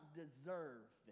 deserve